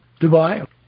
Dubai